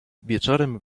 wieczorem